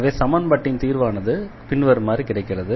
எனவே சமன்பாட்டின் தீர்வானது பின்வருமாறு கிடைக்கிறது